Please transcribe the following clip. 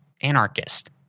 anarchist